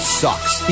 sucks